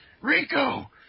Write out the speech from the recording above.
Rico